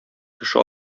кеше